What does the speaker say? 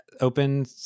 open